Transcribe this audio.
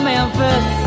Memphis